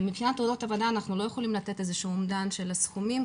מבחינת תאונות עבודה אנחנו לא יכולים לתת אומדן של סכומים,